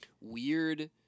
weird